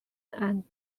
and